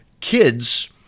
Kids